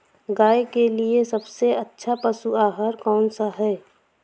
गाय के लिए सबसे अच्छा पशु आहार कौन सा है?